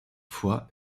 fois